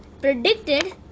predicted